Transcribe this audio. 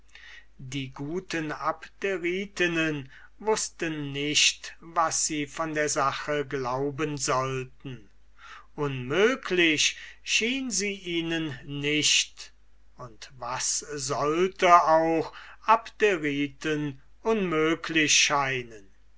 die guten abderitinnen wußten nicht was sie von der sache glauben sollten unmöglich schien sie ihnen nicht und was sollte auch abderiten unmöglich scheinen